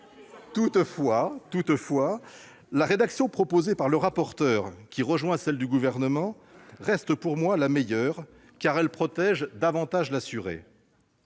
!... la rédaction proposée par le rapporteur, qui rejoint celle du Gouvernement, reste pour moi la meilleure, car elle protège davantage l'assuré.